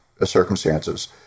Circumstances